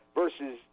versus